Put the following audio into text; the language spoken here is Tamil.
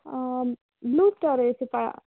blue star ஏசிப்பா